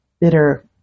bitter